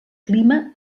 clima